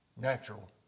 natural